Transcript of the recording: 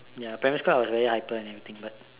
ya primary school I was very hyper and everything but